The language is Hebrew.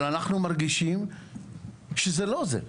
אבל אנחנו מרגישים שזה לא זה.